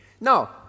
Now